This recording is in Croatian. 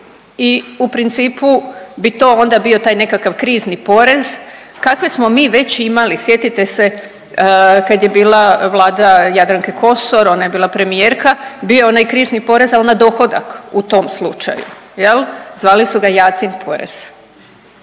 i u principu bi to onda bio taj nekakav krizni porez kakve smo mi već imali, sjetite se kad je bila Vlada Jadranke Kosor, ona je bila premijerka, bio je onaj krizni porez, ali na dohodak, u tom slučaju, je li? Zvali su ga Jacin porez